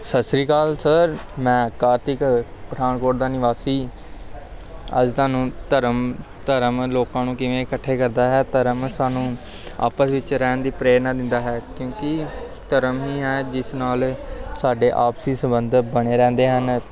ਸਤਿ ਸ਼੍ਰੀ ਅਕਾਲ ਸਰ ਮੈਂ ਕਾਰਤਿਕ ਪਠਾਨਕੋਟ ਦਾ ਨਿਵਾਸੀ ਅੱਜ ਤੁਹਾਨੂੰ ਧਰਮ ਧਰਮ ਲੋਕਾਂ ਨੂੰ ਕਿਵੇਂ ਇਕੱਠੇ ਕਰਦਾ ਹੈ ਧਰਮ ਸਾਨੂੰ ਆਪਸ ਵਿੱਚ ਰਹਿਣ ਦੀ ਪ੍ਰੇਰਨਾ ਦਿੰਦਾ ਹੈ ਕਿਉਂਕਿ ਧਰਮ ਹੀ ਹੈ ਜਿਸ ਨਾਲ ਸਾਡੇ ਆਪਸੀ ਸਬੰਧ ਬਣੇ ਰਹਿੰਦੇ ਹਨ